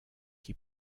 qui